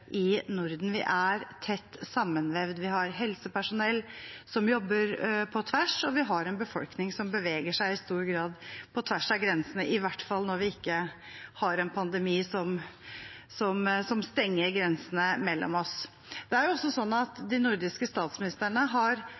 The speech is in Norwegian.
tett sammenvevd. Vi har helsepersonell som jobber på tvers, og vi har en befolkning som i stor grad beveger seg på tvers av grensene – i hvert fall når vi ikke har en pandemi som stenger grensene mellom oss. Det er også sånn at de nordiske statsministerne har